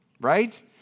right